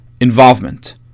involvement